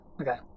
Okay